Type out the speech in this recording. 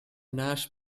nash